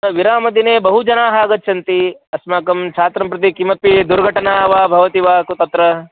विरामदिने बहवः जनाः आगच्छन्ति अस्माकं छात्रं प्रति किमपि दुर्घटना वा भवति वा तत्र